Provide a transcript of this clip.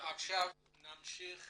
נמשיך